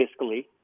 fiscally